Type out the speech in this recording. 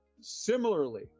Similarly